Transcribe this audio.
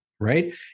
Right